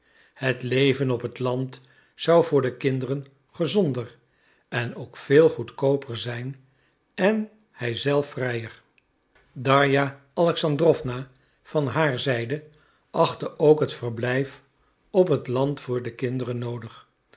het leven op het land zou voor de kinderen gezonder en ook veel goedkooper zijn en hij zelf vrijer darja alexandrowna van haar zijde achtte ook het verblijf op het land voor de kinderen noodig